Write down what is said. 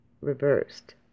reversed